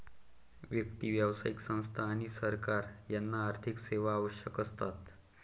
व्यक्ती, व्यावसायिक संस्था आणि सरकार यांना आर्थिक सेवा आवश्यक असतात